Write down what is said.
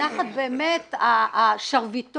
תחת באמת שרביטו,